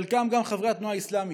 חלקם גם חברי התנועה האסלאמית,